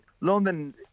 London